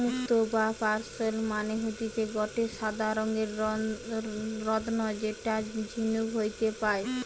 মুক্তো বা পার্লস মানে হতিছে গটে সাদা রঙের রত্ন যেটা ঝিনুক হইতে পায়